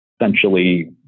essentially